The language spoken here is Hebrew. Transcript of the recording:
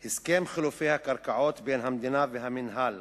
הסכם חילופי הקרקעות בין המדינה והמינהל